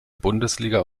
bundesliga